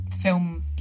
film